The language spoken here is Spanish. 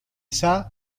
shah